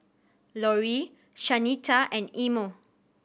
Lorrie Shanita and Imo